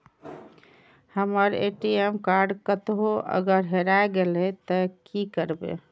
हमर ATM card कतहो अगर हेराय गले ते की करबे?